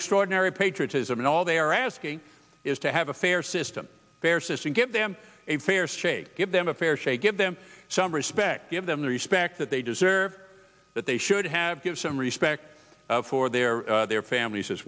extraordinary patriotism and all they are asking is to have a fair system fair system give them a fair shake give them a fair shake give them some respect give them the respect that they deserve or that they should have give some respect for their their families as